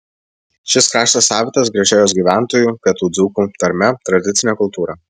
šis kraštas savitas gražia jos gyventojų pietų dzūkų tarme tradicine kultūra